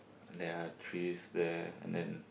there are trees there and then